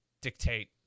dictate